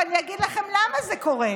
ואני אגיד לכם למה זה קורה.